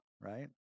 right